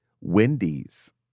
Wendy's